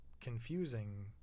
Confusing